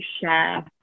share